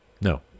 No